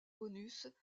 bonus